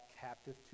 captive